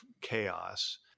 chaos